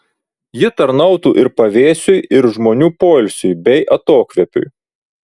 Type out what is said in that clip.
ji tarnautų ir pavėsiui ir žmonių poilsiui bei atokvėpiui